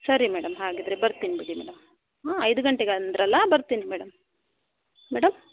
ಸರಿ ಮೇಡಂ ಹಾಗಿದ್ದರೆ ಬರ್ತೀನಿ ಬಿಡಿ ಮೇಡಂ ಊಂ ಐದು ಗಂಟೆಗೆ ಅಂದ್ರಲ್ಲ ಬರ್ತೀನಿ ಮೇಡಂ ಮೇಡಂ